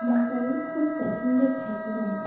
মা কালী খুব পছন্দের ঠাকুর নাম